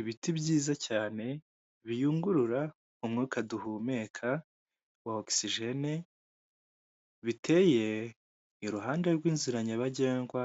Ibiti byiza cyane biyungurura umwuka duhumeka wa ogisijene biteye iruhande rwinzira nyabagendwa